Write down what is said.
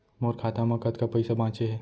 मोर खाता मा कतका पइसा बांचे हे?